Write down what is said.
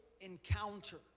encounter